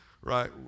Right